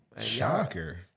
Shocker